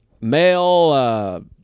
male